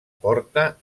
porta